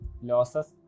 losses